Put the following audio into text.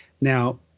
now